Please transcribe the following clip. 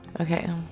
Okay